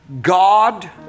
God